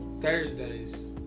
Thursdays